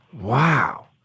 wow